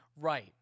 right